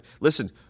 Listen